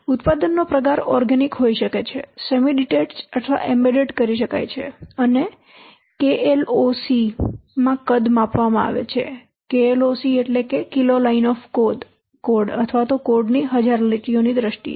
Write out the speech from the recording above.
ઉત્પાદનનો પ્રકાર ઓર્ગેનિક હોઈ શકે છે સેમી ડિટેચ્ડ અથવા એમ્બેડેડ કરી શકાય છે અને KLOC માં કદ માપવામાં આવે છે તેનો અર્થ એ કે કોડની હજાર લીટીઓની દ્રષ્ટિએ